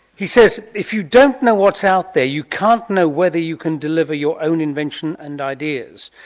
he says if you don't know what's out there you can't know whether you can deliver your own invention and ideas.